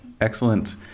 excellent